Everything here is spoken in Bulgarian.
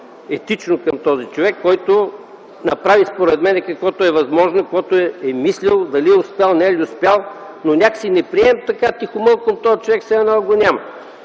етично към този човек, който направи, според мен, каквото е възможно, каквото е мислил. Дали е успял – не е ли успял, но някак си не приемам тихомълком този човек, все едно го няма.